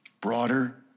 broader